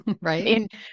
Right